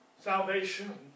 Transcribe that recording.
Salvation